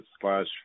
slash